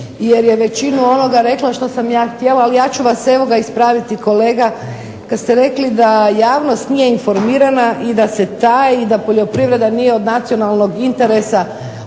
jer je većinu onoga rekla što sam ja htjela, ali ja ću vas ispraviti kolega kad ste rekli da javnost nije informirana i da se taji, da poljoprivreda nije od nacionalnog interesa ove